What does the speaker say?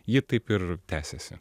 ji taip ir tęsiasi